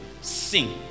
sing